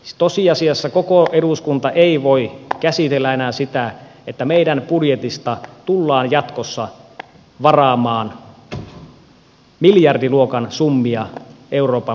siis tosiasiassa koko eduskunta ei voi käsitellä enää sitä että meidän budjetista tullaan jatkossa varaamaan miljardiluokan summia euroopan maiden tukemiseen